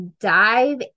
dive